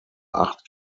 acht